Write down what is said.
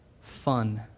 Fun